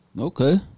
Okay